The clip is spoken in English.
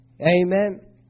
Amen